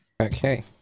Okay